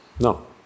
No